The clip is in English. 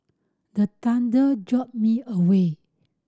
the thunder jolt me awake